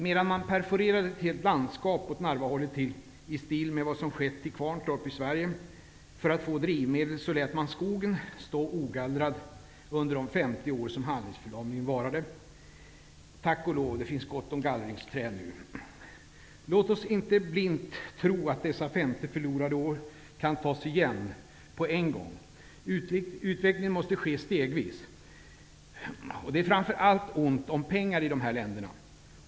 Medan man perforerade ett helt landskap åt Narvahållet till, i stil med vad som skett i Kvarntorp i Sverige, för att få drivmedel, lät man skogen stå ogallrad under de 50 år som handlingsförlamningen varade. Tack och lov finns det gott om gallringsträd nu. Låt oss inte blint tro att dessa 50 förlorade år kan tas igen på en gång. Utvecklingen måste ske stegvis. Det är framför allt ont om pengar i de här länderna.